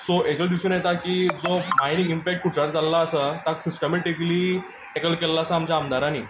so हेचेर दिसून येता की जो मायनींग इंमपेक्ट कुडचड्यार जाल्लो आसा ताका सिस्टमेटीकली टेकल केल्लो आसा आमच्या आमदारांनी